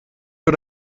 für